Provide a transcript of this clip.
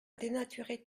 dénaturer